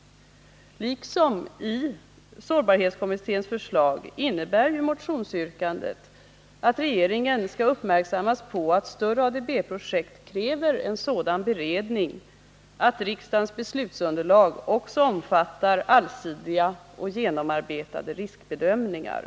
Liksom sårbarhetskommitténs förslag innebär motionsyrkandet att regeringen skall uppmärksammas på att större ADB-projekt kräver en sådan beredning, att riksdagens beslutsunderlag också omfattar allsidiga och genomarbetade riskbedömningar.